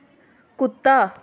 कुत्ता